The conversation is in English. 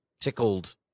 tickled